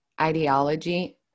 ideology